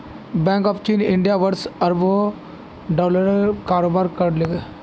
bank of China ईटा वर्ष खरबों डॉलरेर कारोबार कर ले